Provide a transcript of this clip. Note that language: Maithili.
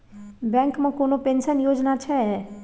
बैंक मे कोनो पेंशन योजना छै?